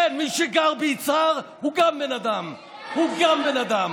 כן, מי שגר ביצהר הוא גם בן אדם, הוא גם בן אדם.